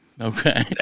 Okay